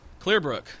Clearbrook